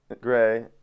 Gray